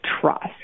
trust